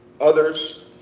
Others